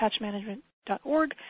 patchmanagement.org